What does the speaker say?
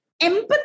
empathy